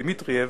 דימיטרייב,